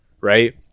right